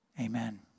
amen